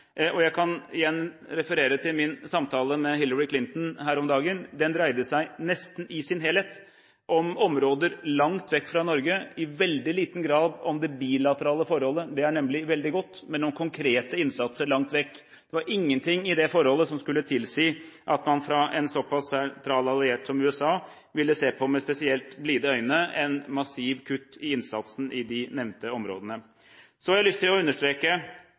Jeg kan igjen referere til min samtale med Hillary Clinton her om dagen. Den dreide seg nesten i sin helhet om områder langt vekk fra Norge – i veldig liten grad om det bilaterale forholdet, det er nemlig veldig godt, men om noen konkrete innsatser langt vekk. Det var ingen ting i det forholdet som skulle tilsi at man fra en såpass sentral alliert som USA ville se på et massivt kutt i innsatsen i de nevnte områdene med spesielt blide øyne. Så har jeg lyst til å understreke